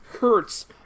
hurts